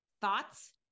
Thoughts